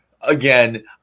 again